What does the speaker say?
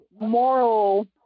moral